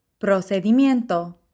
procedimiento